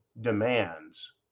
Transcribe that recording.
demands